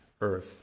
earth